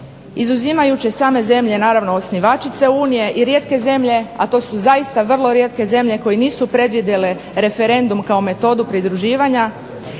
izuzimajući same zemlje naravno osnivačice Unije i rijetke zemlje, a to su zaista vrlo rijetke zemlje koje nisu predvidjele referendum kao metodu pridruživanja